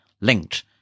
linked